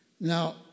Now